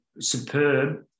superb